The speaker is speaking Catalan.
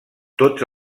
tots